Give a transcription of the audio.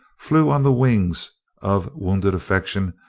flew on the wings of wounded affection,